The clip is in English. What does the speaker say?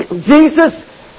Jesus